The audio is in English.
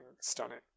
stunning